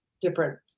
different